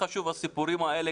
הסיפורים האלה חשובים מאוד,